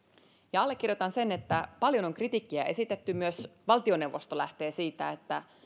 ja allekirjoitan sen että paljon on kritiikkiä esitetty myös valtioneuvosto lähtee siitä että